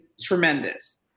tremendous